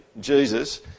Jesus